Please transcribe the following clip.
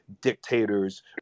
dictators